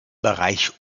bereich